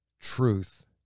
truth